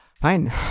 Fine